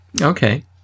Okay